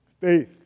faith